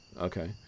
Okay